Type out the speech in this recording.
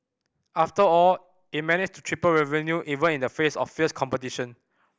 after all it managed to triple revenue even in the face of fierce competition